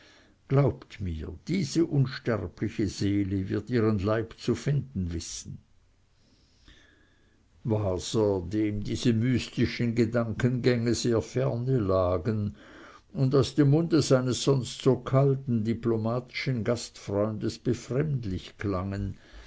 glaubt mir diese unsterbliche seele wird ihren leib zu finden wissen waser dem diese mystischen gedankengänge sehr ferne lagen und aus dem munde seines sonst so kalten diplomatischen gastfreundes befremdlich klangen